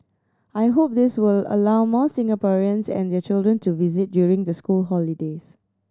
I hope this will allow more Singaporeans and their children to visit during the school holidays